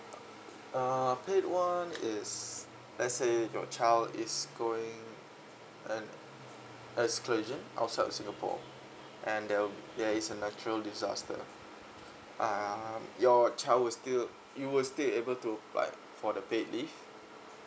uh paid one is let's say your child is going an excursion outside of singapore and that'll there is a natural disaster uh yeah your child will still you will still able to apply for the paid leave